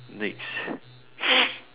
next